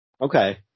Okay